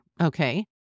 Okay